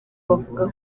bavuga